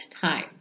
time